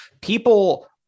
people